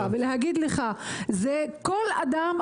לכל אדם,